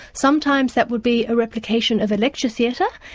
sometimes that would be a replication of a lecture theatre.